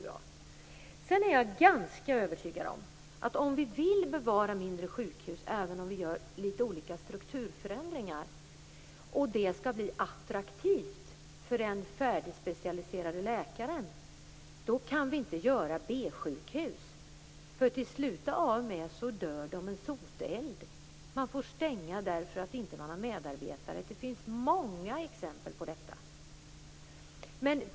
Jag är övertygad om att om mindre sjukhus skall bevaras - även med strukturförändringar - och de skall bli attraktiva för den färdigspecialiserade läkaren, kan vi inte skapa B-sjukhus. De dör sotdöden. Sjukhusen måste stängas för att där inte finns medarbetare. Det finns många exempel på detta.